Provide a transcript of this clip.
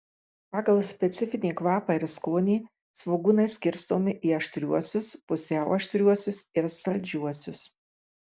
pagal specifinį kvapą ir skonį svogūnai skirstomi į aštriuosius pusiau aštriuosius ir saldžiuosius